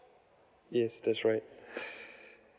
yes that's right